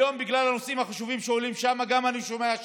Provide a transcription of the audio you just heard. היום, בגלל הנושאים החשובים שעולים שם, אני שומע,